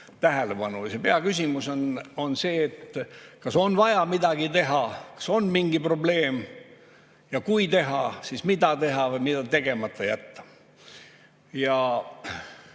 See peaküsimus on see, kas on vaja midagi teha, kas on mingi probleem, ja kui teha, siis mida teha või mida tegemata jätta.